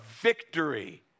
victory